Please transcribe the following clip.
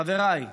חבריי,